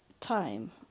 time